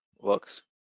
works